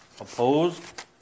Opposed